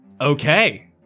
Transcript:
Okay